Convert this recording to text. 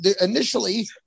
initially